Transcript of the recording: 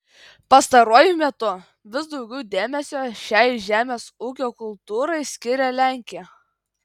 pastaruoju metu vis daugiau dėmesio šiai žemės ūkio kultūrai skiria lenkija